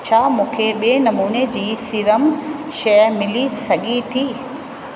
छा मूंखे ॿिए नमूने जी सीरम शइ मिली सघे थी